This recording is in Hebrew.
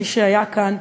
מי שהיה כאן,